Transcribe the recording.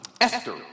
Esther